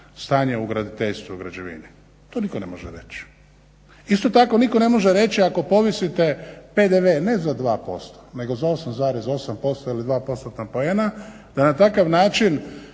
stanje u graditeljstvu i građevini, to niko ne može reći. Isto tako nitko ne može reći, ako povisite PDV ne za 2%, nego za 8,8% ili 2 % poena te na takav način